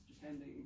depending